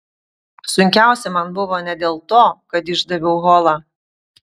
sunkiausia man buvo ne dėl to kad išdaviau holą